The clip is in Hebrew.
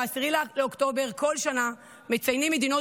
ב-10 באוקטובר בכל שנה מציינות מדינות